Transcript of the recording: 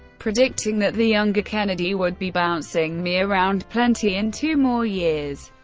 predicting that the younger kennedy would be bouncing me around plenty in two more years.